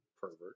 pervert